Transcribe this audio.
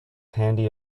handy